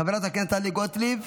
חברת הכנסת טלי גוטליב,